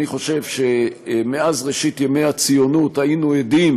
אני חושב שמאז ראשית ימי הציונות היינו עדים